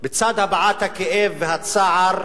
בצד הבעת הכאב והצער,